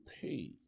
pay